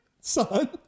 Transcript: Son